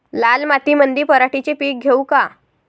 लाल मातीमंदी पराटीचे पीक घेऊ का?